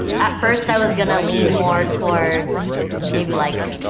at first i was gonna lean more towards maybe like,